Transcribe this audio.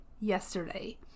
yesterday